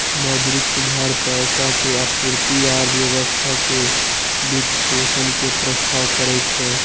मौद्रिक सुधार पैसा के आपूर्ति आ अर्थव्यवस्था के वित्तपोषण के प्रस्ताव करै छै